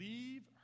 Leave